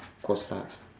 of course lah